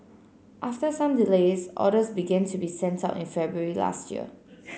after some delays orders began to be sent out in February last year